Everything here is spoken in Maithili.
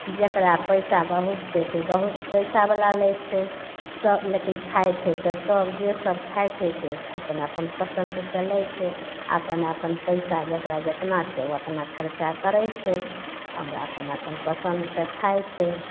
जेकरा पैसा बहुत छै तऽ ओ बहुत पैसा बला लै छै सब लेकिन खाइ छै तऽ सब जे सब खाइ से अपन अपन पसन्द से लै छै आपन आपन पैसा जेकरा जेतना छै ओतना खर्चा करै छै आओर आपन आपन पसन्द से खाइ छै